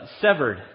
severed